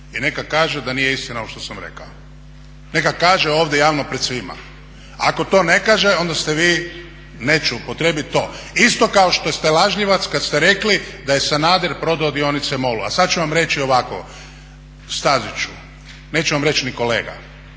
i neka kaže da nije istina ovo što sam rekao. Neka kaže ovdje javno pred svima, ako to ne kaže onda ste vi, neću upotrijebiti to, isto kao što ste lažljivac kad ste rekli da je Sanader prodao dionice MOL-u. A sad ću vam reći ovako Staziću, neću vam reći ni kolega,